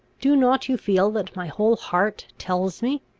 do not you feel that my whole heart tells me.